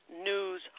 news